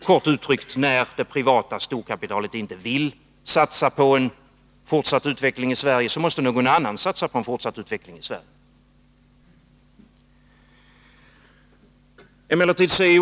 Kort sagt: När det privata storkapitalet inte vill satsa på en fortsatt utveckling i Sverige, måste någon annan satsa på en fortsatt utveckling i Sverige.